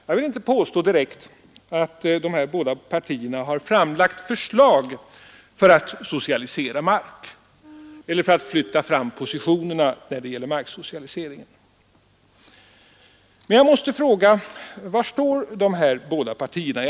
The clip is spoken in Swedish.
Jag vill inte direkt påstå att de här båda partierna har framlagt förslag för att socialisera mark eller för att flytta fram positionerna när det gäller marksocialisering. Men jag måste fråga: Var står de här båda partierna?